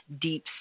deep